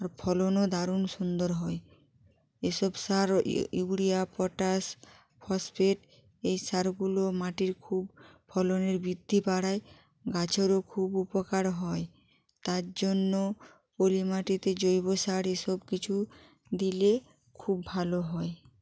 আর ফলনও দারুণ সুন্দর হয় এসব সার ইউরিয়া পটাশ ফসফেট এই সারগুলো মাটির খুব ফলনের বৃদ্ধি বাড়ায় গাছেরও খুব উপকার হয় তার জন্য পলি মাটিতে জৈব সার এসব কিছু দিলে খুব ভালো হয়